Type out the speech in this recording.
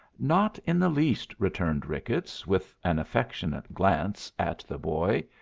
not in the least, returned ricketts, with an affectionate glance at the boy.